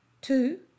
Two